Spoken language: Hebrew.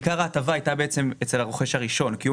עיקר ההטבה הייתה אצל הרוכש הראשון כי הוא